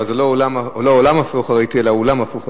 אז לא עולם הפוך ראיתי, אלא אולם הפוך ראיתי.